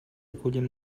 recullin